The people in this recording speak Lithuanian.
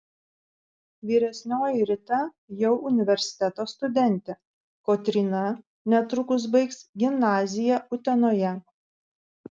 vyresnioji rita jau universiteto studentė kotryna netrukus baigs gimnaziją utenoje